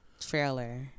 trailer